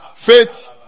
faith